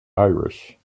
irish